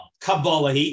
Kabbalah